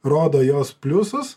rodo jos pliusus